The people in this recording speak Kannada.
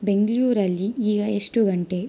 ಬೆಂಗಳೂರಲ್ಲಿ ಈಗ ಎಷ್ಟು ಗಂಟೆ